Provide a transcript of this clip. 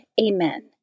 Amen